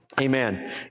Amen